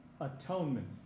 atonement